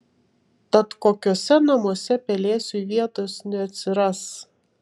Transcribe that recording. tad kokiuose namuose pelėsiui vietos neatsiras